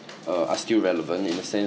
uh are still relevant in a sense